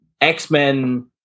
X-Men